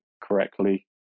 correctly